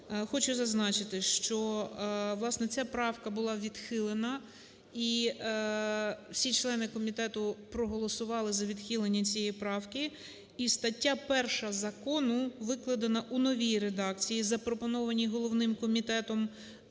Хочу зазначити, що, власне, ця правка була відхилена, і всі члени комітету проголосували за відхилення цієї правки. І стаття 1 Закону викладена у новій редакції, запропонованій головним комітетом,